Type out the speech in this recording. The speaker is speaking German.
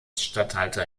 statthalter